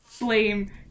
blame